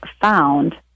found